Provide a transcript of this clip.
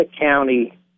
County